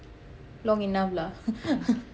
long enough lah